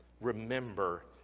Remember